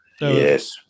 Yes